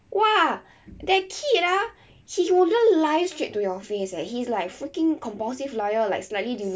!wah! that kid ah he would just lie straight to your face and he's like freaking compulsive liar like slightly delu~